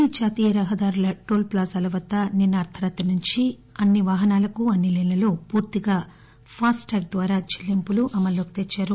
అన్ని జాతీయ రహదారుల టోల్ ప్లాజాల వద్ద నిన్న అర్దరాత్రి నుంచి అన్ని వాహనాలకు అన్ని లేన్లలో పూర్తిగా ఫాస్టాగ్ ద్వారా చెల్లింపు అమల్హోకి తెచ్చారు